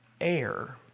air